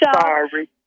sorry